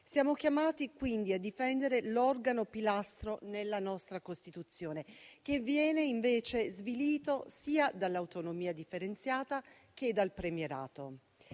Siamo chiamati quindi a difendere l'organo pilastro nella nostra Costituzione, che viene invece svilito sia dall'autonomia differenziata, che dal premierato.